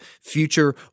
future